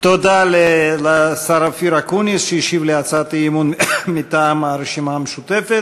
תודה לשר אופיר אקוניס שהשיב על הצעת האי-אמון מטעם הרשימה המשותפת.